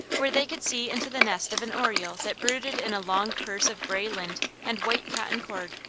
where they could see into the nest of an oriole that brooded in a long purse of gray lint and white cotton cord.